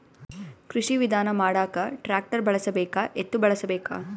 ಕೃಷಿ ವಿಧಾನ ಮಾಡಾಕ ಟ್ಟ್ರ್ಯಾಕ್ಟರ್ ಬಳಸಬೇಕ, ಎತ್ತು ಬಳಸಬೇಕ?